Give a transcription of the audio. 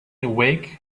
awake